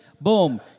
Boom